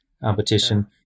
competition